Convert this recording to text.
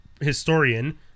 historian